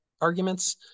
arguments